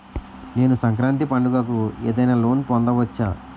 నేను సంక్రాంతి పండగ కు ఏదైనా లోన్ పొందవచ్చా?